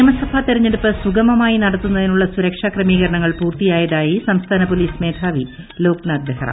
നിയമസഭാ തിരഞ്ഞെട്ടൂപ്പ് സു്ഗമമായി നടത്തുന്നതിനുള്ള ന് സുരക്ഷാക്രമീകരണങ്ങൾ പൂർത്തിയായതായി സംസ്ഥാന പോലീസ് മേധാവി ലോക്നാഥ് ബെഹ്റ